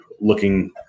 looking